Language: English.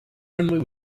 runway